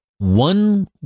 One